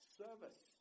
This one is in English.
service